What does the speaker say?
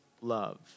love